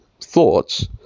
thoughts